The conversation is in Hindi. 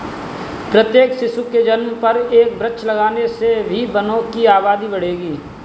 प्रत्येक शिशु के जन्म पर एक वृक्ष लगाने से भी वनों की आबादी बढ़ेगी